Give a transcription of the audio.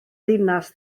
ddinas